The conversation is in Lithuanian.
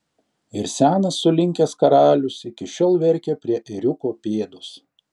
ir senas sulinkęs karalius iki šiol verkia prie ėriuko pėdos